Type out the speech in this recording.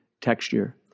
texture